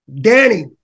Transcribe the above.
Danny